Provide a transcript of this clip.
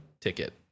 ticket